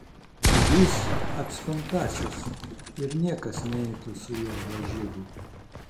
jis atstumtasis ir niekas neitų su juo lažybų